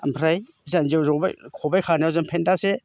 आमफ्राय जान्जियाव जबाय खबाय खानायाव जों फेन्दासे